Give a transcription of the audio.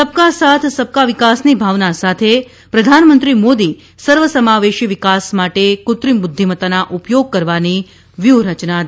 સબકા સાથ સબકા વિકાસની ભાવના સાથે પ્રધાનમંત્રી મોદી સર્વસમાવેશી વિકાસ માટે કૃત્રિમ બુઘ્ઘિમત્તાના ઉપયોગ કરવાની વ્યુહરચના ધરાવે છે